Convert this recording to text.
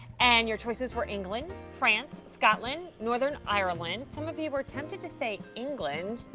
and your choices were england, france, scotland, northern ireland, some of you are tempted to say england,